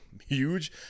huge